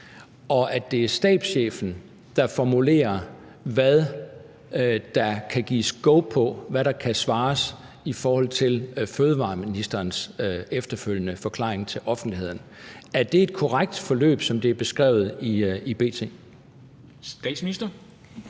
og at det er stabschefen, der formulerer, hvad der kan gives go på, hvad der kan svares, i forhold til fødevareministerens efterfølgende forklaring til offentligheden. Er det et korrekt forløb, som det er beskrevet i B.T.?